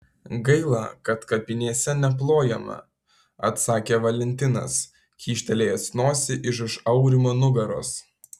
gaila kad kapinėse neplojama atsakė valentinas kyštelėjęs nosį iš už aurimo nugaros